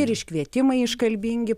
ir iškvietimai iškalbingi